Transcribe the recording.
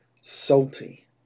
salty